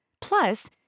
Plus